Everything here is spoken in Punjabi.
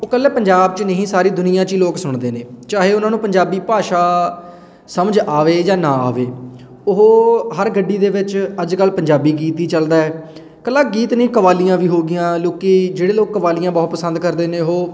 ਉਹ ਇਕੱਲੇ ਪੰਜਾਬ 'ਚ ਨਹੀਂ ਸਾਰੀ ਦੁਨੀਆਂ 'ਚ ਹੀ ਲੋਕ ਸੁਣਦੇ ਨੇ ਚਾਹੇ ਉਹਨਾਂ ਨੂੰ ਪੰਜਾਬੀ ਭਾਸ਼ਾ ਸਮਝ ਆਵੇ ਜਾਂ ਨਾ ਆਵੇ ਉਹ ਹਰ ਗੱਡੀ ਦੇ ਵਿੱਚ ਅੱਜ ਕੱਲ੍ਹ ਪੰਜਾਬੀ ਗੀਤ ਹੀ ਚੱਲਦਾ ਇਕੱਲਾ ਗੀਤ ਨਹੀਂ ਕਵਾਲੀਆਂ ਵੀ ਹੋ ਗਈਆਂ ਲੋਕ ਜਿਹੜੇ ਲੋਕ ਕਵਾਲੀਆਂ ਬਹੁਤ ਪਸੰਦ ਕਰਦੇ ਨੇ ਉਹ